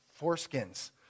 foreskins